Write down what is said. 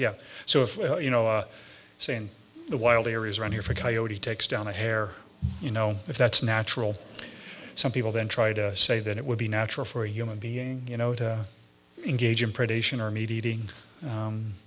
yeah so if you know i say in the wild areas around here for coyote takes down a hair you know if that's natural some people then try to say that it would be natural for a human being you know to engage i